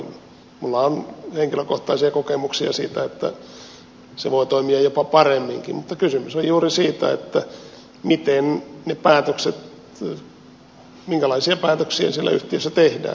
minulla on henkilökohtaisia kokemuksia siitä että se voi toimia jopa paremminkin mutta kysymys on juuri siitä miten ne päätökset ja minkälaisia päätöksiä siellä yhtiössä tehdään